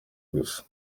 gusa